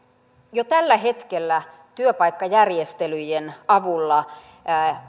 jo tällä hetkellä työpaikkajärjestelyjen avulla